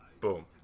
Boom